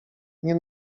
nie